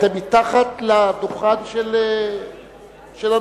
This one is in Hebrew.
אתם מתחת לדוכן של הנואם.